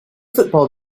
football